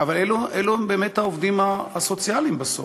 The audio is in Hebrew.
אבל אלו הם באמת העובדים הסוציאליים, בסוף.